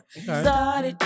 Started